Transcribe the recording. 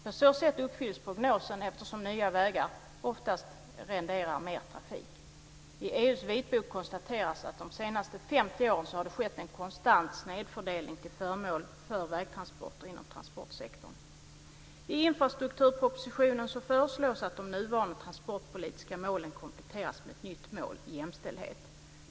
På så sätt uppfylls prognosen, eftersom nya vägar oftast renderar mer trafik. I EU:s vitbok konstateras att det de senaste 50 åren har skett en konstant snedfördelning till förmån för vägtransporter inom transportsektorn. I infrastrukturpropositionen föreslås att de nuvarande trafikpolitiska målen kompletteras med ett nytt mål, jämställdhet.